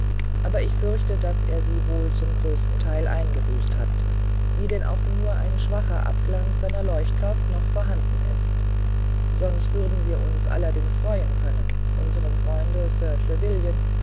aber ich fürchte daß er sie wohl zum größten teil eingebüßt hat wie denn auch nur ein schwacher abglanz seiner leuchtkraft noch vorhanden ist sonst würden wir uns allerdings freuen können unserem freunde